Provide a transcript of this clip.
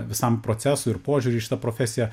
visam procesui ir požiūriui į šitą profesiją